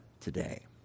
today